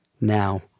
Now